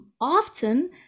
often